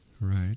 Right